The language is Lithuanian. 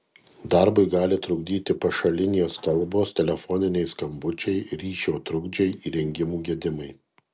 darbui gali trukdyti pašalinės kalbos telefoniniai skambučiai ryšio trukdžiai įrengimų gedimai